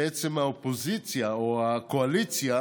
שהקואליציה